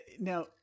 now